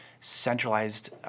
centralized